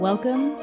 Welcome